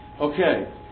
Okay